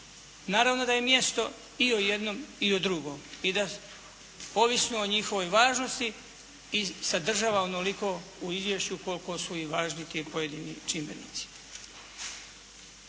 Naravno da je mjesto i o jednom i o drugom, i da ovisno o njihovoj važnosti i sadržava onoliko u Izvješću koliko su i važni ti pojedini čimbenici.